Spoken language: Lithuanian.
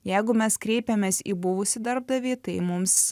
jeigu mes kreipiamės į buvusį darbdavį tai mums